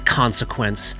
consequence